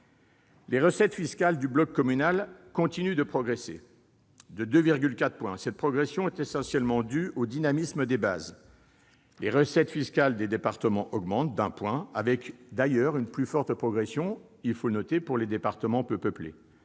Les recettes fiscales du bloc communal continuent de progresser de 2,4 %. Cette progression est essentiellement due au dynamisme des bases. Les recettes fiscales des départements augmentent, elles, de 1 %, avec, d'ailleurs, une plus forte progression dans les départements peu peuplés.